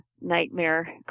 nightmare